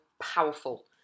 powerful